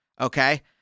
Okay